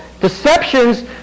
deceptions